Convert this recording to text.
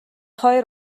хоёр